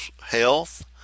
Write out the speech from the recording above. health